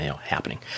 happening